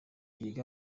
yiga